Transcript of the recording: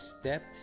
stepped